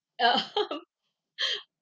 uh